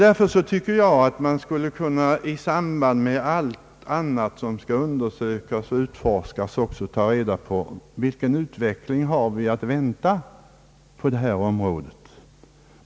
Därför tycker jag att man borde — i samband med allt annat, som skall undersökas och utforskas — också ta reda på vilken utveckling vi har att vänta på det här området.